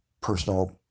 personal